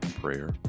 prayer